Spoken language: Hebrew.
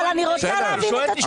אבל אני רוצה להבין את התשובה.